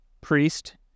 priest